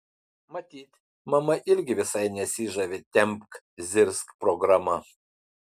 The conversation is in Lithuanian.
matyt mama irgi visai nesižavi tempk zirzk programa